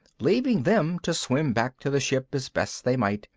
leaving them to swim back to the ship as best they might,